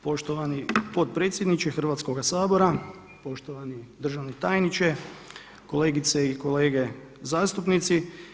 Poštovani potpredsjedniče Hrvatskoga sabora, poštovani državni tajniče, kolegice i kolege zastupnici.